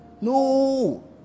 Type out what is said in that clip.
No